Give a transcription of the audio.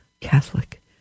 Catholic